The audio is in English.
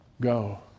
Go